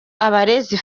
abarezi